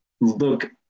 look